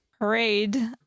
parade